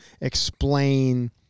explain